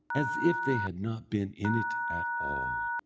as if they had not been in it at all.